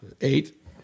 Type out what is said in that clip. eight